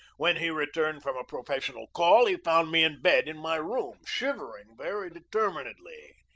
when he returned from a professional call he found me in bed in my room, shivering very determinedly.